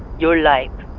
your life,